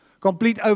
Complete